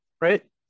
right